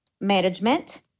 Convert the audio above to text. management